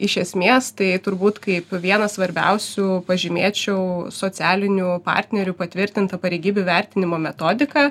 iš esmės tai turbūt kaip vieną svarbiausių pažymėčiau socialinių partnerių patvirtintą pareigybių vertinimo metodiką